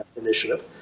initiative